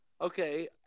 Okay